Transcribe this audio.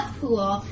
pool